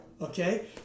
okay